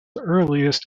earliest